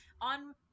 On